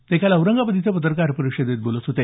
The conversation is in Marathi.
ते काल औरंगाबाद इथं पत्रकार परिषदेत बोलत होते